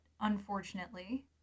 unfortunately